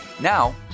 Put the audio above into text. Now